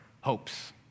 hopes